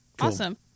Awesome